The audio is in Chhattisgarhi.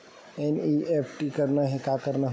एन.ई.एफ.टी करना हे का करना होही?